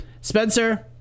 Spencer